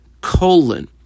colon